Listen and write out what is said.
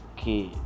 Okay